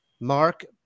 Mark